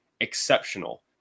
exceptional